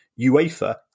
UEFA